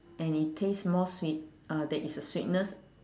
and it taste more sweet uh there is a sweetness